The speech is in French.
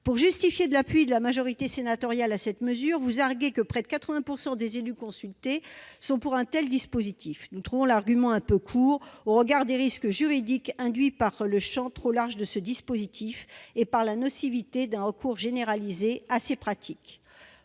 pour justifier l'appui de la majorité sénatoriale à cette mesure, vous affirmez que près de 80 % des élus consultés sont pour un tel dispositif. Nous trouvons l'argument un peu court, au regard des risques juridiques induits par le champ trop large de ce dispositif et par la nocivité d'un recours généralisé à ces pratiques.